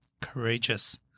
Courageous